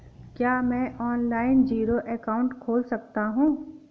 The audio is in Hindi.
क्या मैं ऑनलाइन जीरो अकाउंट खोल सकता हूँ?